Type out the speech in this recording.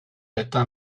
atteint